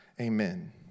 Amen